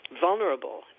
vulnerable